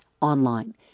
online